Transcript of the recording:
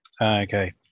Okay